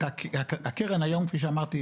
כפי שאמרתי,